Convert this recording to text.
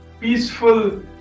peaceful